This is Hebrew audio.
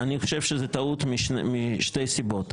אני חושב שזאת טעות וזאת משתי סיבות.